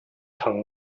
藤为